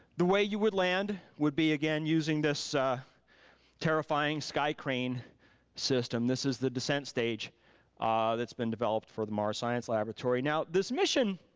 the way you would land would be, again, using this terrifying sky crane system, this is the descent stage that's been developed for the mars science laboratory. now this mission,